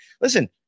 listen